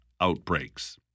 outbreaks